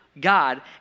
God